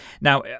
Now